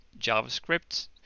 JavaScript